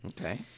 Okay